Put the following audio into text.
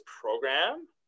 program